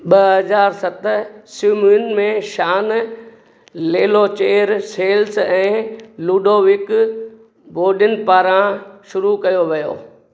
ॿ हज़ार सत शिमोन में शान लेलोचेर सेल्स ऐं लुडोविक बोडिन पारां शुरू कयो वियो